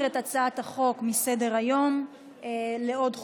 את הצעת החוק מסדר-היום לעוד חודש.